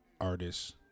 artists